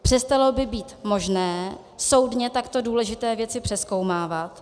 Přestalo by být možné soudně takto důležité věci přezkoumávat.